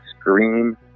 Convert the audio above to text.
scream